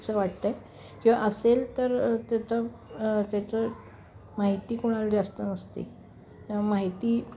असे वाटते किंवा असेल तर त्याची त्याची माहिती कुणाला जास्त नसते माहिती